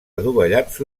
adovellats